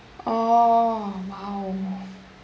oh !wow!